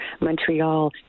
montreal